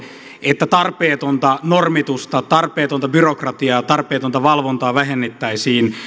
että tarpeetonta normitusta tarpeetonta byrokratiaa tarpeetonta valvontaa vähennettäisiin